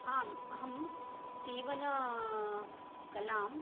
आम् अहं सीवन कलां